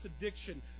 addiction